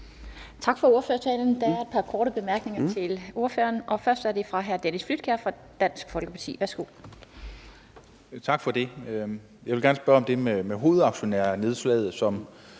Tak for ordførertalen. Der er et par korte bemærkninger til ordføreren. Først er det fra hr. Dennis Flydtkjær fra Dansk Folkeparti. Værsgo. Kl. 12:57 Dennis Flydtkjær (DF): Tak for det. Jeg vil gerne spørge om det med hovedaktionærnedslaget, som